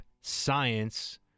science